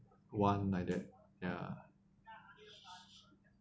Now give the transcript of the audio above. one like that ya